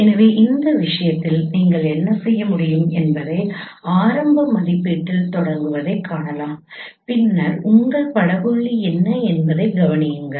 எனவே இந்த விஷயத்தில் நீங்கள் என்ன செய்ய முடியும் என்பது ஆரம்ப மதிப்பீட்டில் தொடங்குவதைக் காணலாம் பின்னர் உங்கள் பட புள்ளி என்ன என்பதைக் கவனியுங்கள்